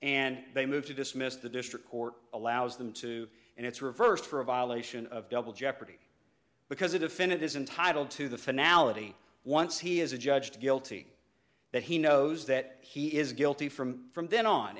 and they move to dismiss the district court allows them to and it's reversed for a violation of double jeopardy because if it isn't titled to the finale once he has a judge guilty that he knows that he is guilty from from then on